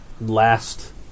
last